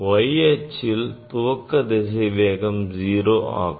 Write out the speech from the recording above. y அச்சில் துவக்க திசைவேகம் 0 ஆகும்